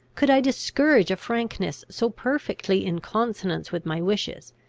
could i discourage a frankness so perfectly in consonance with my wishes,